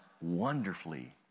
wonderfully